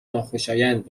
ناخوشایند